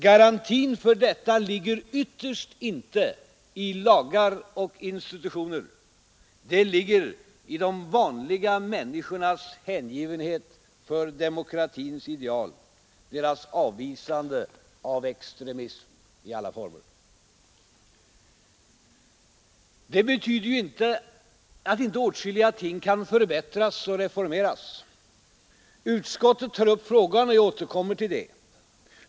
Garantin för detta ligger ytterst inte i lagar och institutioner: den ligger i de vanliga människornas hängivenhet för demokratins ideal, deras avvisande av extremism i alla former. Det betyder ju inte att inte åtskilliga ting kan förbättras och reformeras. Utskottet tar upp frågan, och jag återkommer härtill.